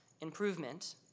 improvement